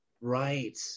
Right